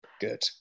Good